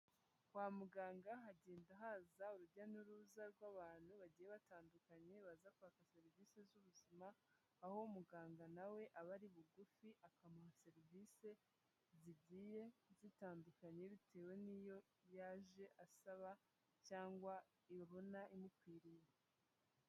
Kwa muganga hagenda haza urujya n'uruza rw'abantu bagiye batandukanye baza kwaka serivise z'ubuzima, aho muganga na we aba ari bugufi, akamuha serivise zigiye zitandukanye bitewe n'iyo yaje asaba cyangwa ibona imukwiriye.